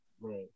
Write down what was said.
Right